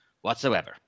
whatsoever